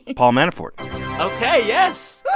paul manafort ok. yes